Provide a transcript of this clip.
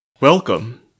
Welcome